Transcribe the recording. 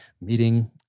meeting